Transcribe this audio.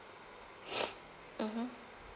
mmhmm